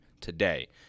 today